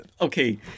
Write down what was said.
okay